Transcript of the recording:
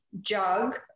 jug